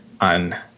on